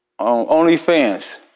OnlyFans